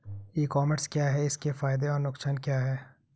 ई commerce क्या है इसके फायदे और नुकसान क्या है?